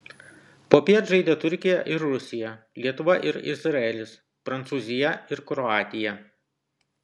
popiet žaidė turkija ir rusija lietuva ir izraelis prancūzija ir kroatija